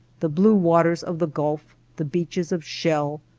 the blue waters of the gulf, the beaches of shell,